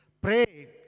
pray